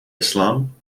islam